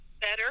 better